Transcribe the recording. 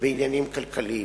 בעניינים כלכליים,